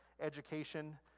education